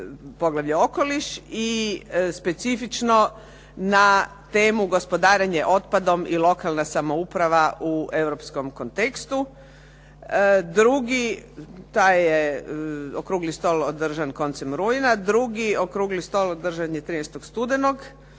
i specifično na temu "Gospodarenje otpadom i lokalne samouprava" u europskom kontekstu. Drugi, taj je okrugli stol održan koncem rujna, drugi okrugli stol održan je 13. studenog.